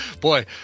Boy